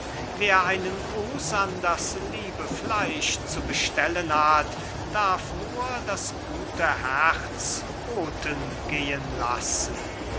wer einen gruß an das liebe fleisch zu bestellen hat darf nur das gute herz boten gehen lassen